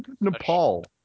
Nepal